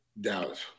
dallas